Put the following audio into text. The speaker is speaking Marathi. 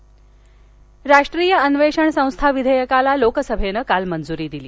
एनआयए राष्ट्रीय अन्वेषण संस्था विधेयकाला लोकसभेनं काल मंजुरी दिली